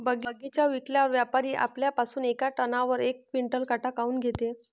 बगीचा विकल्यावर व्यापारी आपल्या पासुन येका टनावर यक क्विंटल काट काऊन घेते?